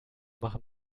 machen